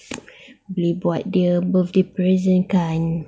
boleh buat dia birthday present kan